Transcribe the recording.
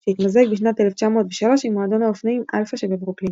שהתמזג בשנת 1903 עם מועדון האופנועים אלפא שבברוקלין